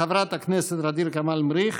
חברת הכנסת ע'דיר כמאל מריח,